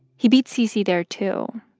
he beat cc there, too.